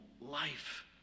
life